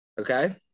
Okay